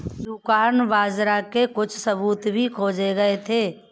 broomcorn बाजरा के कुछ सबूत भी खोजे गए थे